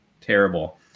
terrible